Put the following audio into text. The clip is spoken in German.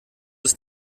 ist